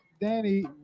Danny